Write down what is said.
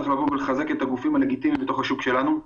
צריך לבוא ולחזק את הגופים הלגיטימיים בתוך השוק שלנו,